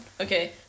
Okay